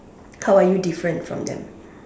how are you different from them